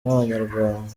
nk’abanyarwanda